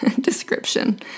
description